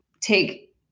take